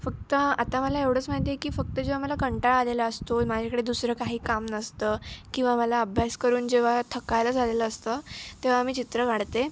फक्त आता मला एवढंच माहिती आहे की फक्त जेव्हा मला कंटाळा आलेला असतो माझ्याकडे दुसरं काही काम नसतं किंवा मला अभ्यास करून जेव्हा थकायला झालेलं असतं तेव्हा मी चित्र काढते